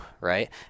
right